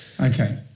Okay